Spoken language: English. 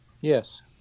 Yes